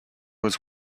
was